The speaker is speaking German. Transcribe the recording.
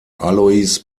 alois